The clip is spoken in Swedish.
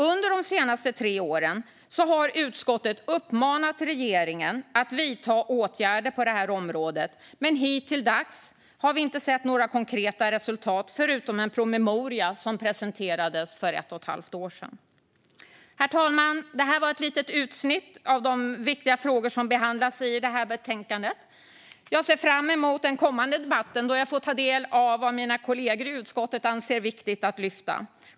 Under de senaste tre åren har utskottet uppmanat regeringen att vidta åtgärder på det här området, men hittilldags har vi inte sett några konkreta resultat förutom en promemoria som presenterades för ett och ett halvt år sedan. Herr talman! Detta var ett litet utsnitt av de viktiga frågor som behandlas i betänkandet. Jag ser fram emot den kommande debatten då jag får ta del av vad mina kollegor i utskottet anser viktigt att lyfta.